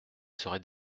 serai